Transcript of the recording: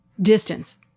distance